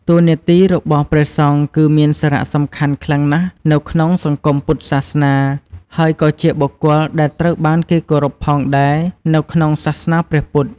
តួនាទីរបស់ព្រះសង្ឃគឺមានសារៈសំខាន់ខ្លាំងណាស់នៅក្នុងសង្គមពុទ្ធសាសនា ហើយក៏ជាបុគ្គលដែលត្រូវបានគេគោរពផងដែរនៅក្នុងសាសនាព្រះពុទ្ធ។